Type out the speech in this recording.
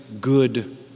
good